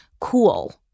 cool